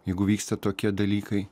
jeigu vyksta tokie dalykai